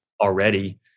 already